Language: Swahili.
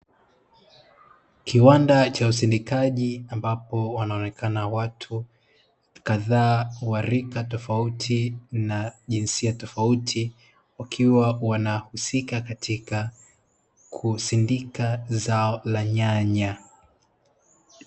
Kiwanda cha usindikaji, ambapo wanaonekana watu kadhaa wa rika tofauti na jinsia tofauti, wakiwa wanahusika katika kusindika zao la nyanya.